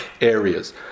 areas